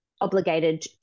obligated